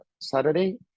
Saturday